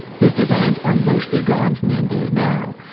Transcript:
his designs are mostly gone from the nba now,